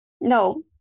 No